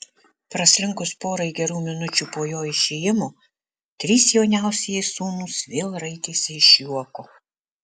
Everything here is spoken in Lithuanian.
praslinkus porai gerų minučių po jo išėjimo trys jauniausieji sūnūs vėl raitėsi iš juoko